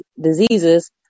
diseases